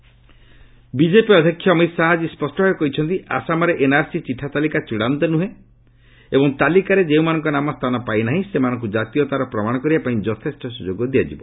Amit Shah NRC BJP ଅଧ୍ୟକ୍ଷ ଅମିତ ଶାହା ଆଜି ସ୍ୱଷ୍ଟ ଭାବେ କହିଛନ୍ତି ଆସାମର ଏନ୍ଆର୍ସି ଚିଠା ତାଲିକା ଚୂଡ଼ାନ୍ତ ନୁହେଁ ଏବଂ ତାଳିକାରେ ଯେଉଁମାନଙ୍କ ନାମ ସ୍ଥାନ ପାଇ ନାହିଁ ସେମାନଙ୍କୁ ଜାତୀୟତାର ପ୍ରମାଣ କରିବା ପାଇଁ ଯଥେଷ୍ଟ ସୁଯୋଗ ଦିଆଯିବ